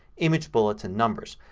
image bullets, and numbers.